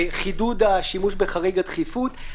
חידוד השימוש בחריג הדחיפות,